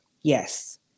Yes